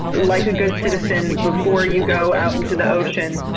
like a good citizen, before you go out into the ocean,